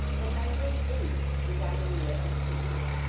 but by day eight, the diarrhea is severe.